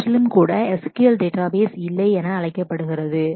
அவற்றிலும் கூட SQL database databases இல்லை என அழைக்கப்படுகிறது